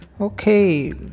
Okay